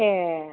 ए